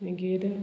मागीर